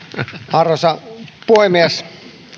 arvoisa puhemies